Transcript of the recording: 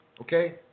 Okay